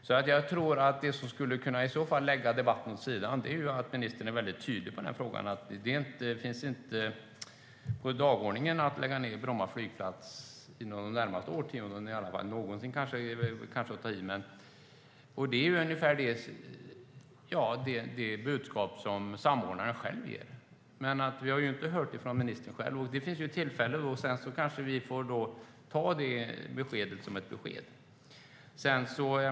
Ska vi kunna lägga debatten åt sidan måste ministern vara mycket tydlig med att det inte finns på dagordningen att lägga ned Bromma flygplats inom de närmaste årtiondena i alla fall - någonsin är kanske att ta i. Det är ungefär det budskap samordnaren ger. Vi har dock inte hört det från ministern. Men det finns tillfälle, och då får vi kanske ta det beskedet som ett besked.